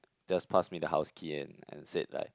just pass me the house key and and said like